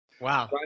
Wow